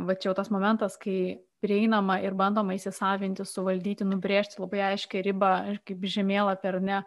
va čia jau tas momentas kai prieinama ir bandoma įsisavinti suvaldyti nubrėžti labai aiškią ribą kaip žemėlapį ar ne